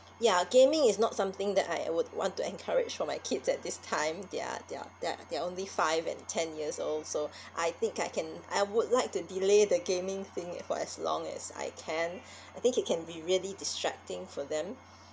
ya gaming is not something that I would want to encourage for my kids at this time they're they're they're they're only five and ten years old so I think I can I would like to delay the gaming thing for as long as I can I think it can be really distracting for them